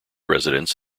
residents